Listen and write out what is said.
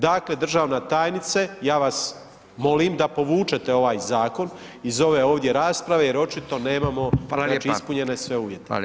Dakle, državna tajnice ja vas molim da povučete ovaj zakon iz ove ovdje rasprave jer očito nemamo znači ispunjene sve uvjete.